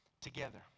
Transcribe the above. together